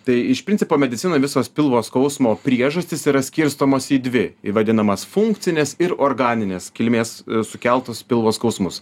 tai iš principo medicinoj visos pilvo skausmo priežastys yra skirstomos į dvi vadinamas funkcinės ir organinės kilmės sukeltus pilvo skausmus